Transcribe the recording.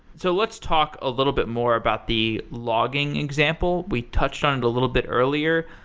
so let's talk a little bit more about the logging example. we touched on it a little bit earlier,